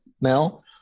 now